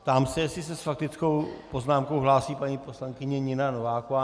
Ptám se, jestli se s faktickou poznámkou hlásí paní poslankyně Nina Nováková.